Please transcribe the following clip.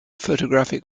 photographic